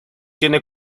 tiene